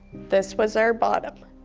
this was our bottom.